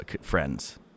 friends